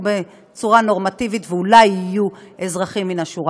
בצורה נורמטיבית ואולי יהיו אזרחים מן השורה.